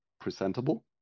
presentable